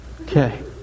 Okay